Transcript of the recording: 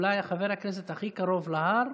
אני אולי חבר הכנסת הכי קרוב להר,